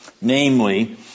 namely